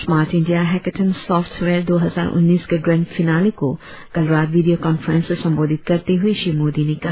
smart India hackathon software दो हजार उन्नीस के ग्रैंड फिनाले को कल रात वाडिओ कांफ्रेंस से संबोधित करते हुए श्री मोदी ने कहा